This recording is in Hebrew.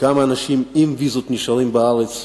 כמה אנשים עם ויזות נשארים בארץ,